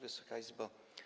Wysoka Izbo!